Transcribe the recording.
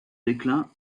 déclin